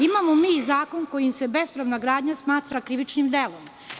Imamo mi i zakon kojim se bespravna gradnja smatra krivičnim delom.